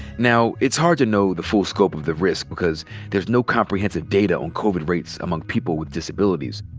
now it's hard to know the full scope of the risk because there's no comprehensive data on covid rates among people with disabilities.